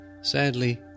Sadly